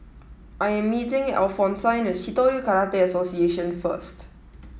I am meeting Alphonsine at Shitoryu Karate Association first